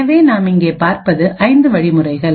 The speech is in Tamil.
எனவே நாம் இங்கே பார்ப்பது 5 வழிமுறைகள்